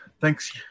thanks